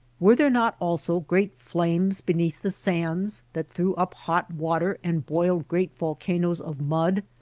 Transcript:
were there not also great flames beneath the sands that threw up hot water and boiled great vol canoes of mud?